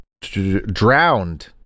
Drowned